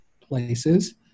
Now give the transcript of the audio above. places